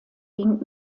ging